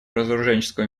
разоруженческого